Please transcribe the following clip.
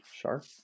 sharp